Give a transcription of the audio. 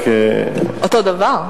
אותו דבר?